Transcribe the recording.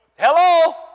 hello